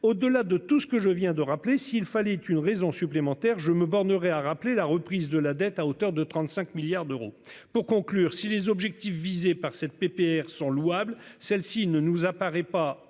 au-delà de tout ce que je viens de rappeler, s'il fallait une raison supplémentaire. Je me bornerai à rappeler la reprise de la dette à hauteur de 35 milliards d'euros. Pour conclure, si les objectifs visés par cette PPR sont louables, celle-ci ne nous apparaît pas